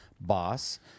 boss